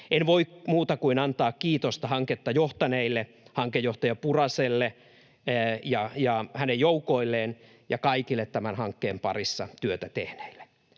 En voi muuta kuin antaa kiitosta hanketta johtaneelle hankejohtaja Puraselle ja hänen joukoilleen ja kaikille tämän hankkeen parissa työtä tehneille.